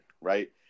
right